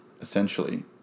essentially